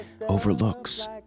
overlooks